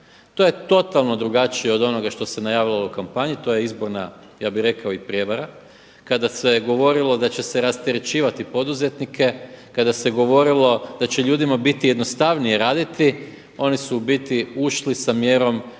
To je totalno drugačije od onoga što su najavili u ovoj kampanji, to je izborna ja bi rekao i prijevara. Kada se govorilo da će se rasterećivati poduzetnike, kada se govorilo da će ljudima biti jednostavnije raditi oni su u biti ušli sa mjerom